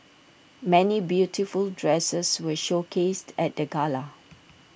many beautiful dresses were showcased at the gala